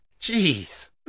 Jeez